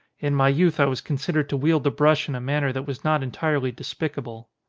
in my youth i was considered to wield the brush in a manner that was not entirely despicable.